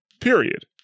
period